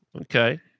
Okay